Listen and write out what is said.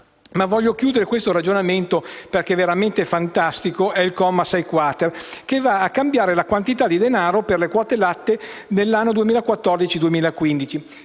Voglio concludere questo ragionamento perché è veramente fantastico il comma 6-*quater,* che cambia la quantità di denaro per le quote latte negli anni 2014-2015.